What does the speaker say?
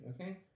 Okay